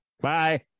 Bye